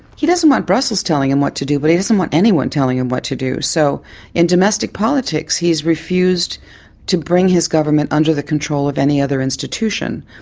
he doesn't want brussels telling him what to do but he doesn't want anyone telling him what to do. so in domestic politics he has refused to bring his government under the control of any institution,